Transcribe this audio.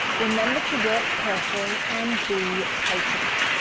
remember to work carefully and be patient.